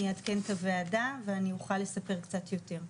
אני אעדכן את הוועדה ואני אוכל לספר קצת יותר.